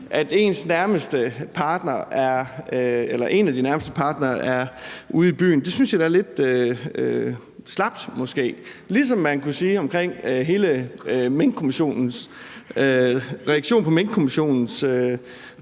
at en af de nærmeste partnere er ude i byen, måske er lidt slapt, ligesom man kunne sige Enhedslistens reaktion på Minkkommissionens